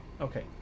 okay